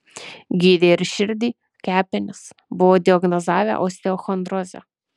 gydė ir širdį kepenis buvo diagnozavę osteochondrozę